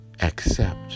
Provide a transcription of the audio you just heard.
accept